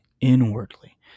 inwardly